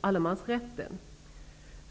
allemansrätten.